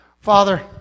Father